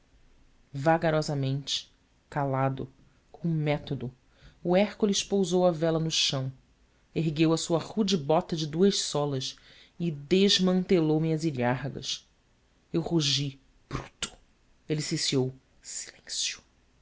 vagarosamente calado com método o hércules pousou a vela no chão ergueu a sua rude bota de duas solas e desmantelou me as ilhargas eu rugi bruto ele ciciou silêncio